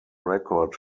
record